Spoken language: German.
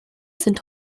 sind